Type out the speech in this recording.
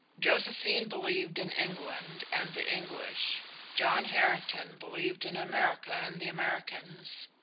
josephine believed in england and the english john harrington believed in america and the americans.